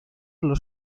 los